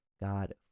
God